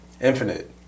Infinite